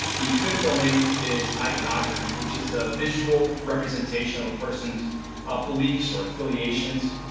the fifth domain is iconography, which is the visual representation of a person's ah beliefs or affiliations,